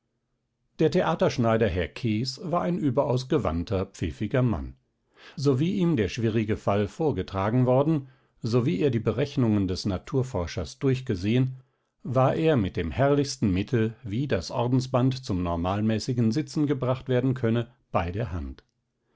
der theaterschneider herr kees war ein überaus gewandter pfiffiger mann sowie ihm der schwierige fall vorgetragen worden sowie er die berechnungen des naturforschers durchgesehen war er mit dem herrlichsten mittel wie das ordensband zum normalmäßigen sitzen gebracht werden könne bei der hand